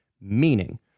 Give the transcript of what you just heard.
meaning